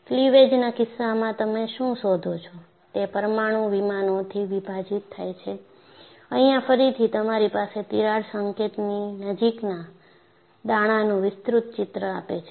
ક્લીવેજના કિસ્સામાં તમે શું શોધો છો તે પરમાણુ વિમાનોથી વિભાજિત થાય છે અહીંયા ફરીથી તમારી પાસે તિરાડ સંકેતની નજીકના દાણાનું વિસ્તૃત ચિત્ર આપે છે